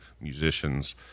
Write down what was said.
musicians